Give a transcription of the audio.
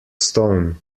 stone